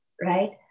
right